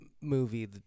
movie